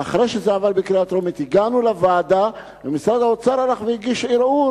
ואחרי שעברה בקריאה טרומית הגענו לוועדה ומשרד האוצר הלך והגיש ערעור,